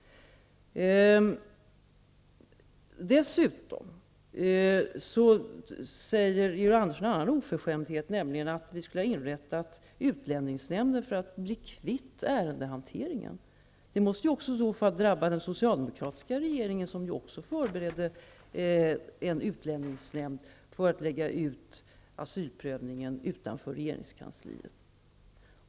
Dessutom säger Georg Andersson en annan oförskämdhet, nämligen att vi skulle ha inrättat utlänningsnämnden för att bli kvitt ärendehanteringen. Det måste i så fall också drabba den socialdemokratiska regeringen som också förberedde en utlänningsnämnd för att lägga ut asylprövningen utanför regeringskansliet.